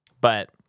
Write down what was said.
But-